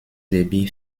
baby